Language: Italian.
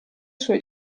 sue